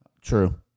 True